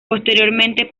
posteriormente